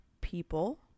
people